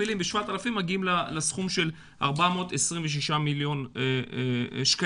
מכפילים ב-7,000 ומגיעים לסכום של 426,000 מיליון שקלים.